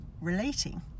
relating